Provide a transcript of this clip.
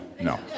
no